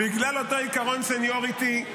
בגלל אותו עקרון סניוריטי,